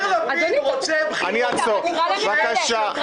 --- בבקשה, לא להפריע.